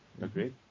Agreed